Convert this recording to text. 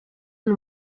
and